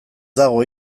dago